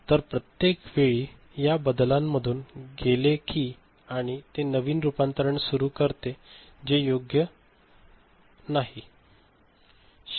तर प्रत्येक वेळी या बदलांमधून गेले की आणि ते नवीन रूपांतरण सुरु करते जे योग्य नाही जात नाही